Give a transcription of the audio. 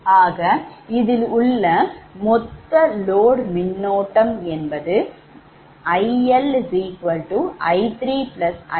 ஆக இதில் உள்ள மொத்த load மின்னோட்டம் ILI3I4 7